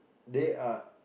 they are